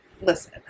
listen